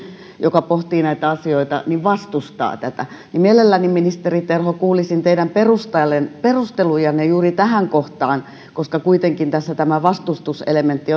joka pohtii näitä asioita vastustaa tätä mielelläni ministeri terho kuulisin teidän perustelujanne juuri tähän kohtaan koska kuitenkin tässä tämä vastustuselementti